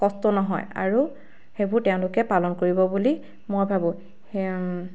কষ্ট নহয় আৰু সেইবোৰ তেওঁলোকে পালন কৰিব বুলি মই ভাবোঁ